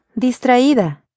distraída